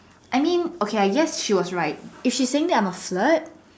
I mean okay I guess she was right if she's saying that I'm a flirt